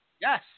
Yes